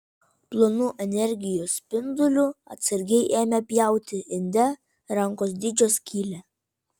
plonu energijos spinduliu atsargiai ėmė pjauti inde rankos dydžio skylę